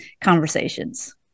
conversations